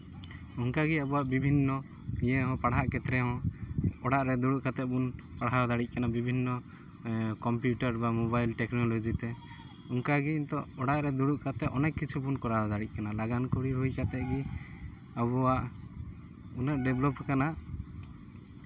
ᱚᱱᱠᱟᱜᱮ ᱟᱵᱚᱣᱟᱜ ᱵᱤᱵᱷᱤᱱᱱᱚ ᱤᱭᱟᱹ ᱦᱚᱸ ᱯᱟᱲᱦᱟᱜ ᱠᱷᱮᱛᱨᱮ ᱦᱚᱸ ᱚᱲᱟᱜ ᱨᱮ ᱫᱩᱲᱩᱵ ᱠᱟᱛᱮᱫ ᱵᱚᱱ ᱯᱟᱲᱦᱟᱣ ᱫᱟᱲᱮᱜ ᱠᱟᱱᱟ ᱵᱤᱵᱷᱤᱱᱱᱚ ᱠᱚᱢᱯᱤᱭᱩᱴᱟᱨ ᱵᱟ ᱢᱳᱵᱟᱭᱤᱞ ᱴᱮᱠᱱᱳᱞᱚᱡᱤ ᱛᱮ ᱚᱱᱠᱟᱜᱮ ᱱᱤᱛᱚᱜ ᱚᱲᱟᱜ ᱨᱮ ᱫᱩᱲᱩᱵ ᱠᱟᱛᱮᱫ ᱚᱱᱮᱠ ᱠᱤᱪᱷᱩ ᱵᱚᱱ ᱠᱚᱨᱟᱣ ᱫᱟᱲᱮᱜ ᱠᱟᱱᱟ ᱞᱟᱜᱟᱱᱠᱟᱹᱨᱤ ᱦᱩᱭ ᱠᱟᱛᱮᱫ ᱜᱮ ᱟᱵᱚᱣᱟᱜ ᱩᱱᱟᱹᱜ ᱰᱮᱵᱷᱞᱚᱯ ᱠᱟᱱᱟ